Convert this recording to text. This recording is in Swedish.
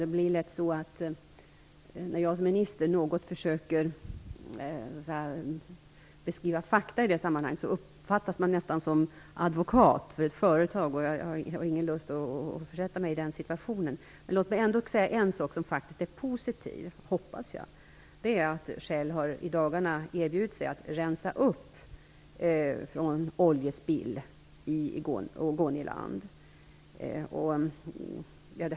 Det blir lätt så att jag, när jag som minister något försöker beskriva fakta i sammanhanget, nästan uppfattas som advokat för företaget. Den situationen har jag ingen lust att försätta mig i. Låt mig ändå säga en sak som faktiskt, hoppas jag, är positiv, nämligen att Shell i dagarna har erbjudit sig att rensa upp från oljespill i Ogoniland.